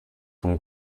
from